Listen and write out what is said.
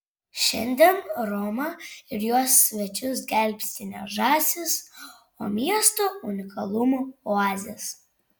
šiandien romą ir jos svečius gelbsti ne žąsys o miesto unikalumo oazės